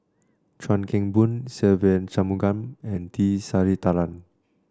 Chuan Keng Boon Se Ve Shanmugam and T Sasitharan